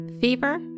fever